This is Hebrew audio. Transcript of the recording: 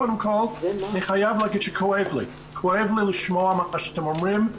קודם כל אני חייב להגיד שכואב לי לשמוע מה שאתם אומרים.